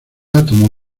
átomo